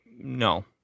no